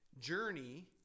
journey